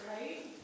right